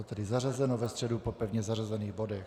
Je tedy zařazeno ve středu po pevně zařazených bodech.